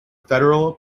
federal